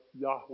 Yahweh